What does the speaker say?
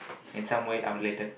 in some way I'm related